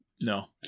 No